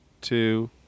two